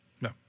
No